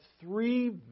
three